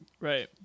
right